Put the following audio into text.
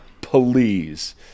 please